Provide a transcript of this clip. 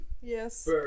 yes